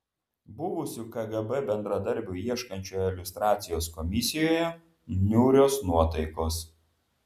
buvusių kgb bendradarbių ieškančioje liustracijos komisijoje niūrios nuotaikos